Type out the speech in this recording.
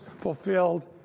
fulfilled